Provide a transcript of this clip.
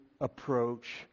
approach